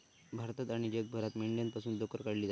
भारतात आणि जगभरात मेंढ्यांपासून लोकर काढली जाता